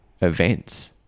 events